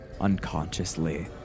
unconsciously